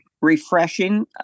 refreshing